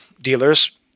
dealers